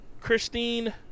Christine